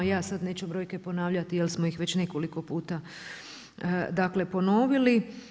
Ja sada neću brojke ponavljati jel smo ih već nekoliko puta ponovili.